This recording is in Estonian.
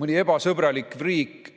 mõni ebasõbralik riik